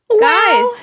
Guys